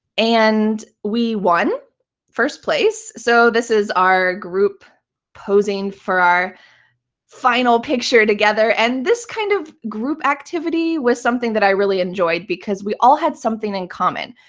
and we won first place. so this is our group posing for our final picture together. and this kind of group activity was something that i really enjoyed because we all had something in common,